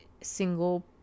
single